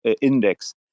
index